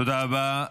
תודה רבה.